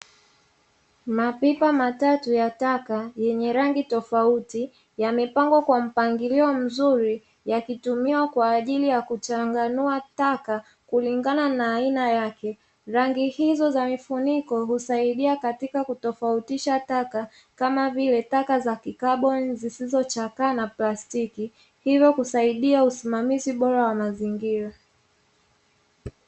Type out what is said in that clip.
Mapipa matatu ya taka yenye rangi tofauti yamepangwa kwa mpangilio mzuri yakitumiwa kwa ajili ya kuchanganua taka kulingana na aina yake, rangi hizo za mifuniko husaidia katika kutofautisha taka kama vile taka za kikaboni zisizochakaa na plastiki, hivyo kusaidia usimamizi bora wa mazingira.